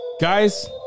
guys